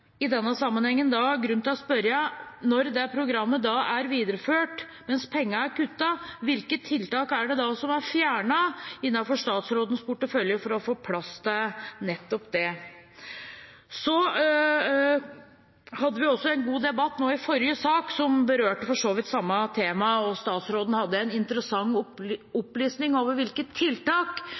I denne sammenhengen er det da grunn til å spørre: Når programmet er videreført, men pengestøtten er kuttet – hvilke tiltak innenfor statsrådens portefølje er da fjernet for å få plass til nettopp det? Vi hadde også en god debatt i forrige sak, som for så vidt berørte det samme temaet. Statsråden hadde en interessant opplisting av hvilke tiltak